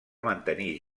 mantenir